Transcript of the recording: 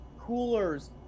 coolers